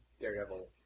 Daredevil